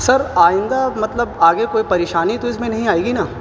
سر آئندہ مطلب آگے کوئی پریشانی تو اس میں نہیں آئے گی نا